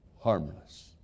harmless